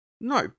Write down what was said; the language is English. No